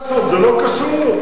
זה לא קשור,